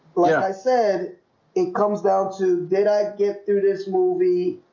well i said it comes down to did i get through this movie?